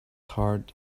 heart